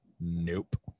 nope